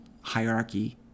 hierarchy